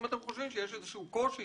והאם אתם חושבים שיש איזה שהוא קושי